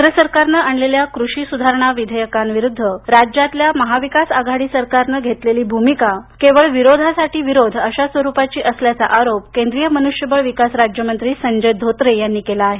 केंद्र सरकारनं आणलेल्या कृषी स्धारणा विधेयकांविरुद्ध राज्यातल्या महाविकास आघाडी सरकारनं घेतलेली भुमिका केवळ विरोधासाठी विरोध अशा स्वरूपाची असल्याचा आरोप केंद्रीय मन्ष्यबळ विकास राज्यमंत्री संजय धोत्रे यांनी केला आहे